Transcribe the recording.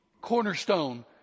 cornerstone